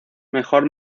mejor